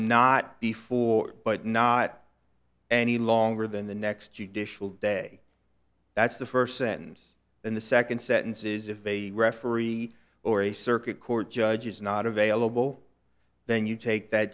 not before but not any longer than the next judicial day that's the first sentence in the second sentence is of a referee or a circuit court judge is not available then you take that